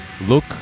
look